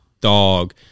dog